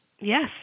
Yes